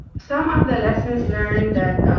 some of the lessons learned that